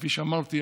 כפי שאמרתי,